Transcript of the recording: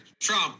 Trump